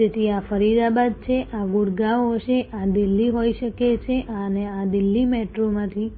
તેથી આ ફરીદાબાદ છે આ ગુડગાંવ હશે આ દિલ્હી હોઈ શકે છે અને આ દિલ્હી